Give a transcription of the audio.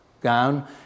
gown